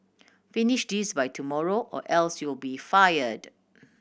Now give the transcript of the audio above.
finish this by tomorrow or else you'll be fired